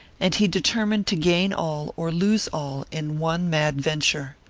and he determined to gain all or lose all in one mad venture.